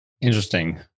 Interesting